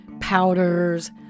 powders